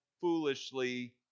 foolishly